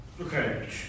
Okay